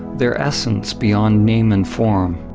their essence beyond name and form,